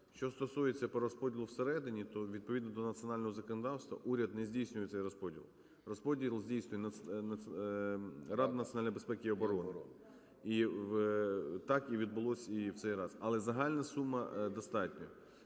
Що стосується перерозподілу всередині, то відповідно до національного законодавства уряд не здійснює цей розподіл. Розподіл здійснює Рада національної безпеки і оборони. І так і відбулось і в цей раз. Але загальна сума достатня.